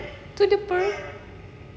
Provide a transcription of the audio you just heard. tu dia purr